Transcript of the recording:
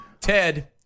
Ted